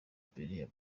imbere